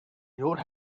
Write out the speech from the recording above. would